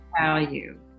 value